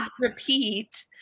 repeat